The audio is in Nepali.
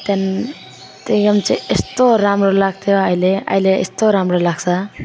त्यहाँ त्यही कारण चाहिँ यस्तो राम्रो लाग्थ्यो र अहिले अहिले यस्तो राम्रो लाग्छ